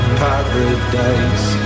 paradise